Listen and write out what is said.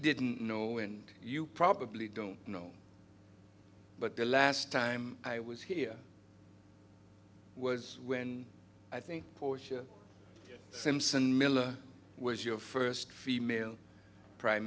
didn't know and you probably don't know but the last time i was here was when i think samson miller was your first female prime